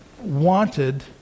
wanted